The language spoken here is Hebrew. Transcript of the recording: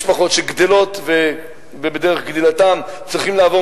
משפחות שגדלות ובדרך גדילתן צריכות לעבור